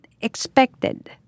expected